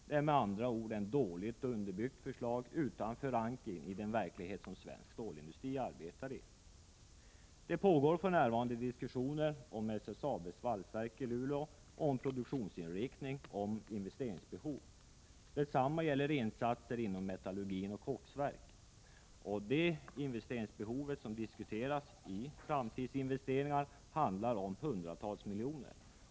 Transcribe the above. Det är med andra ord ett dåligt underbyggt förslag, utan förankring i den verklighet som svensk stålindustri arbetar i. Det pågår för närvarande diskussioner vid SSAB:s valsverk i Luleå om 39 produktionsinriktningen och investeringsbehovet. Detsamma gäller insatser inom metallurgin och i koksverket. Det behov av framtidsinvesteringar som diskuteras handlar om hundratals miljoner.